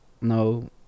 No